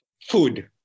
food